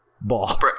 Ball